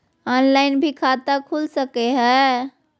Online भी खाता खूल सके हय?